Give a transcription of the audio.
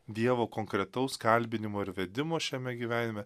dievo konkretaus kalbinimo ir vedimo šiame gyvenime